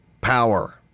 power